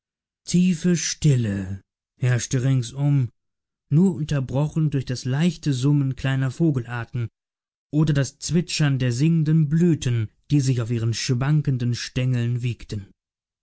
tiefe stille herrschte ringsum nur unterbrochen durch das leichte summen kleiner vogelarten oder das zwitschern der singenden blüten die sich auf ihren schwanken stengeln wiegten